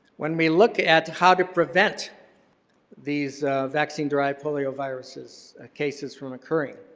when we look at how to prevent these vaccine derived polioviruses' ah cases from occurring,